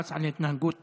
כפרס על התנהגות טובה,